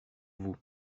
vous